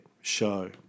show